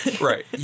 Right